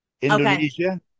Indonesia